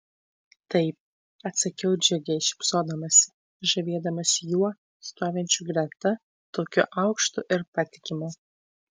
taip atsakiau džiugiai šypsodamasi žavėdamasi juo stovinčiu greta tokiu aukštu ir patikimu